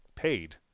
paid